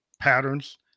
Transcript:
patterns